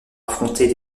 apporter